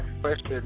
question